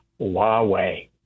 Huawei